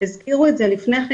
הזכירו את זה גם לפני כן,